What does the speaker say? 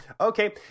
okay